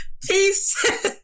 peace